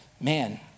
Man